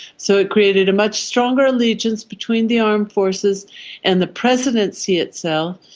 so it created a much stronger allegiance between the armed forces and the presidency itself,